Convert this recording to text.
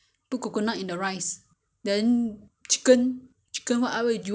okay right for the nasi lemak we have our~ we do our own recipe